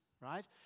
right